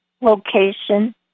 location